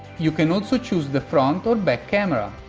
you can also choose the front or back camera.